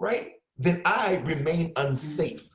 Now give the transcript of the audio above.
right? then i remain unsafe.